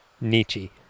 Nietzsche